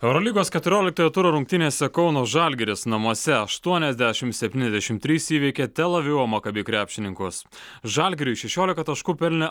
eurolygos keturioliktojo turo rungtynėse kauno žalgiris namuose aštuoniasdešim septyniasdešim trys įveikė tel avivo makabi krepšininkus žalgiriui šešiolika taškų pelnė